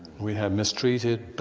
we had mistreated,